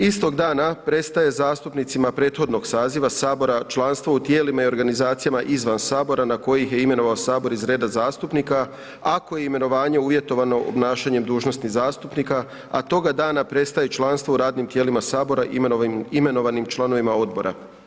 Istog dana prestaje zastupnicima prethodnog saziva sabora članstvo u tijelima i organizacijama izvan sabora na koje ih je imenovao sabor iz reda zastupnika ako je imenovanje uvjetovano obnašanjem dužnosti zastupnika, a toga dana prestaje i članstvo u radnim tijelima sabora imenovanim članovima odbora.